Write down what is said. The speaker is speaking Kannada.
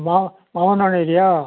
ಮಾ ಮಾವಿನ್ ಹಣ್ಣು ಇದೆಯಾ